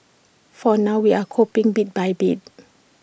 for now we're coping bit by bit